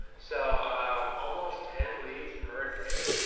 so i'm almost ten leads per day.